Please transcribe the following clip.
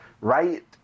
right